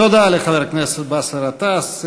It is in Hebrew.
תודה לחבר הכנסת באסל גטאס.